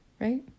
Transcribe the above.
right